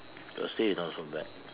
Thursday is not so bad